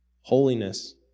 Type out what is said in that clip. Holiness